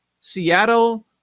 Seattle